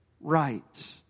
right